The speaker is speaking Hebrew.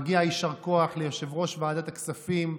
מגיע יישר כוח ליושב-ראש ועדת הכספים,